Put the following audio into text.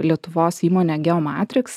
lietuvos įmonė geomatrix